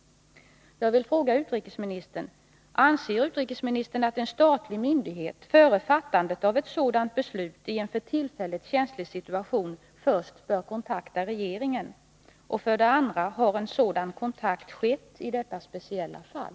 Jag vill fråga utrikesministern: Anser utrikesministern att en statlig myndighet före fattandet av ett sådant beslut i en för tillfället känslig situation först bör kontakta regeringen? Har en sådan kontakt skett i detta speciella fall?